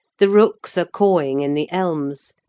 the rooks are cawing in the elms,